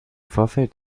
vorfeld